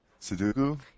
Sudoku